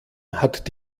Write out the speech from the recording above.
hat